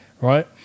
Right